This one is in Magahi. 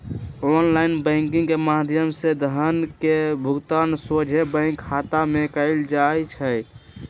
ऑनलाइन बैंकिंग के माध्यम से धन के भुगतान सोझे बैंक खता में कएल जाइ छइ